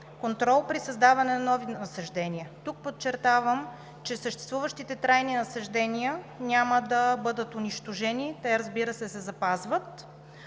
контрол при създаване на нови насаждения. Тук подчертавам, че съществуващите трайни насаждения няма да бъдат унищожени – те, разбира се, се запазват.